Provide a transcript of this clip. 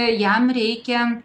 jam reikia